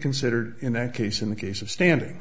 considered in that case in the case of standing